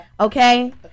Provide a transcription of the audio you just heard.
Okay